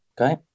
Okay